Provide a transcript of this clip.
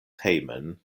hejmen